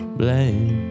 blame